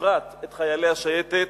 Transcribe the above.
ובפרט את חיילי השייטת,